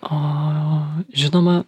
o žinoma